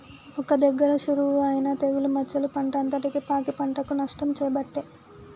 ఒక్క దగ్గర షురువు అయినా తెగులు మచ్చలు పంట అంతటికి పాకి పంటకు నష్టం చేయబట్టే